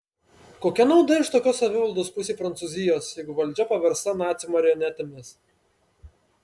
kokia nauda iš tokios savivaldos pusei prancūzijos jeigu valdžia paversta nacių marionetėmis